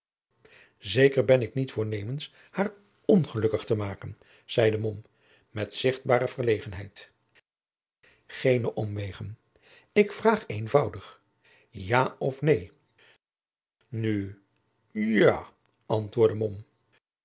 zeker ben ik niet voornemens haar ongelukkig te maken zeide mom met zichtbare verlegenheid geene omwegen ik vraag eenvoudig ja of neen nu ja antwoordde